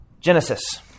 Genesis